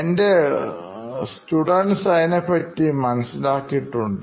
എൻറെ സ്റ്റുഡൻറ് അതിനെപ്പറ്റി മനസ്സിലാക്കിയിട്ടുണ്ട്